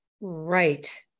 Right